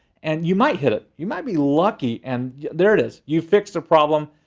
and you might hit it, you might be lucky and there it is, you've fixed the problem.